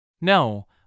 no